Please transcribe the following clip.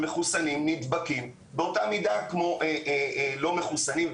שמחוסנים נדבקים באותה מידה כמו לא מחוסנים,